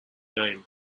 name